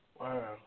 Wow